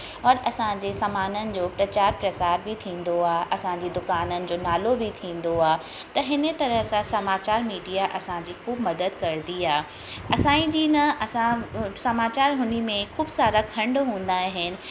और असांजे सामाननि जो प्रचार प्रसार बि थींदो आहे असांजी दुकाननि जो नालो बि थींदो आहे त हिन तरह सां समाचार मीडिया असांजी ख़ूबु मदद कंदी आहे असांजी न असां समाचार हुन में ख़ूबु सारा खंड हूंदा आहिनि